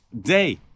day